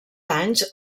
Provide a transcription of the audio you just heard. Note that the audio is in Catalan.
anys